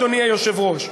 אדוני היושב-ראש,